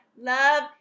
love